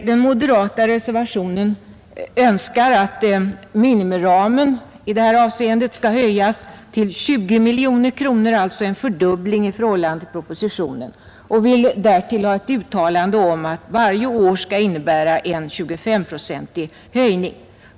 Den moderata reservationen önskar att minimiramen i detta avseende skall höjas till 20 miljoner kronor, alltså en fördubbling i förhållande till propositionen, och vill därtill ha ett uttalande om att varje år skall innebära en 2S-procentig höjning.